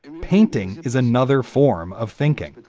painting is another form of thinking